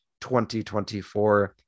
2024